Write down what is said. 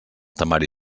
temari